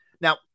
Now